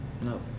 No